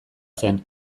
zen